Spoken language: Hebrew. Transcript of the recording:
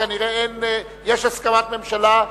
כנראה יש הסכמת ממשלה,